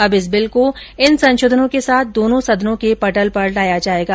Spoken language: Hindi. अब इस बिल को इन संशोधनों के साथ दोनो सदनों के पटल पर लाया जायेगा